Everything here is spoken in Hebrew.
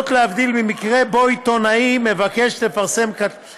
להבדיל ממקרה שבו עיתונאי מבקש לפרסם כתבה בעניין.